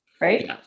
right